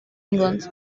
english